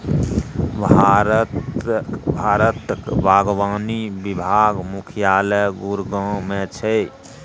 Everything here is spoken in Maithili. भारतक बागवानी विभाग मुख्यालय गुड़गॉव मे छै